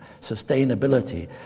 sustainability